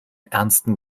ernsten